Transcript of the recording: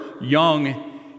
young